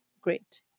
great